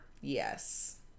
yes